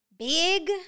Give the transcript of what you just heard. big